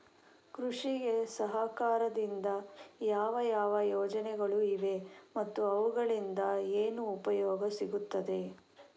ಕೃಷಿಗೆ ಸರಕಾರದಿಂದ ಯಾವ ಯಾವ ಯೋಜನೆಗಳು ಇವೆ ಮತ್ತು ಅವುಗಳಿಂದ ಏನು ಉಪಯೋಗ ಸಿಗುತ್ತದೆ?